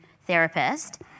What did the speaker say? therapist